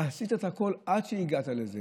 עשית את הכול עד שהגעת לזה.